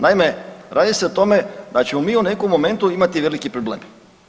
Naime, radi se o tome da ćemo mi u nekom momentu imati veliki problem.